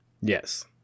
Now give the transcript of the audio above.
Yes